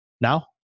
now